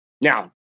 Now